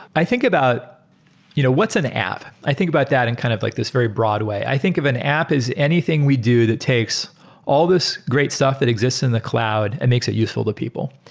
i think about you know what's an app. i think about that in kind of like this very broad way. i think of an app as anything we do that takes all this great stuff that exists in the cloud and makes it useful to people.